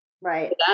Right